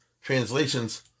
translations